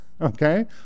okay